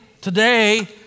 Today